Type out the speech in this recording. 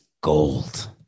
gold